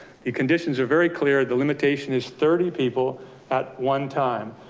the conditions are very clear. the limitation is thirty people at one time,